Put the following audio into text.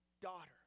daughter